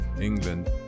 England